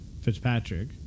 Fitzpatrick